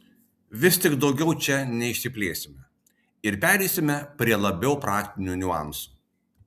vis tik daugiau čia neišsiplėsime ir pereisime prie labiau praktinių niuansų